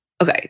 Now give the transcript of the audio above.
Okay